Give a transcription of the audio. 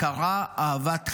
וקרא לה אהבת חייו.